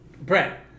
Brett